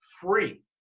free